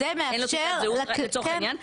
רק לצורך העניין,